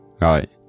Right